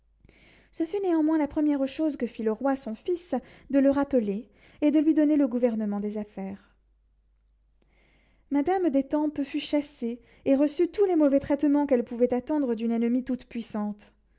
ce fut néanmoins la première chose que fit le roi son fils de le rappeler et de lui donner le gouvernement des affaires madame d'étampes fut chassée et reçut tous les mauvais traitements qu'elle pouvait attendre d'une ennemie